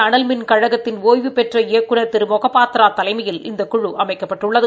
அனல்மின் கழகத்தின் ஒய்வுபெற்ற இயக்குநர் திரு மொகபத்ரா கேசிய தலைமையில் இந்த குழு அமைக்கப்பட்டுள்ளது